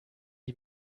die